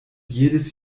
jedes